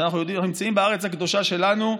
שאנחנו נמצאים בארץ הקדושה שלנו,